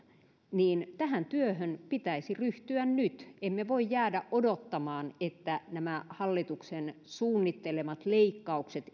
niin tähän työhön pitäisi ryhtyä nyt emme voi jäädä odottamaan että esimerkiksi nämä hallituksen suunnittelemat leikkaukset